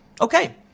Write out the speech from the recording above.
Okay